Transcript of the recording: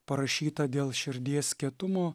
parašytą dėl širdies kietumo